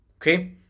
okay